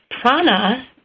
prana